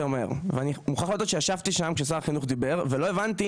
מהר ואני מוכרח להודות שישבתי שם ששר החינוך דיבר ולא הבנתי,